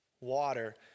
water